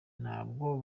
ntabwo